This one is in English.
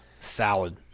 Salad